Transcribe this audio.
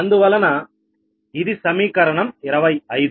అందువల్ల ఇది సమీకరణం 25